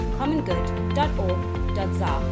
commongood.org.za